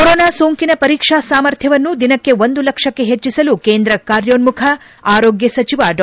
corona ಸೋಂಕಿನ ಪರೀಕ್ಷಾ ಸಾಮರ್ಥ್ಯವನ್ನು ದಿನಕ್ಕೆ ಒಂದು ಲಕ್ಷಕ್ಕೆ ಹೆಚ್ಚಿಸಲು ಕೇಂದ್ರ ಕಾರ್ಯೋನ್ನುಖ ಆರೋಗ್ನ ಸಚಿವ ಡಾ